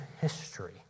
history